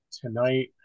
tonight